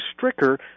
Stricker